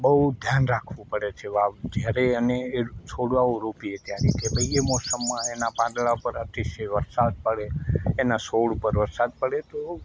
બહું ધ્યાન રાખવું પડે છે વાવ જ્યારે એને છોડવાઓ રોપીએ ત્યારે કે ભાઈ એ મોસમમાં એના પાંદડા પર અતિશય વરસાદ પડે એના છોડ ઉપર વરસાદ પડે તો